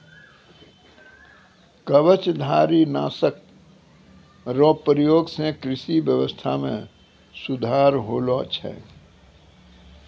कवचधारी नाशक रो प्रयोग से कृषि व्यबस्था मे सुधार होलो छै